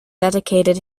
dedicated